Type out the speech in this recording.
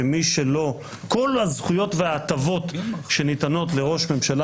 שמי שלא כל הזכויות וההטבות שניתנות לראש ממשלה